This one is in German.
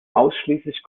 ausschließlich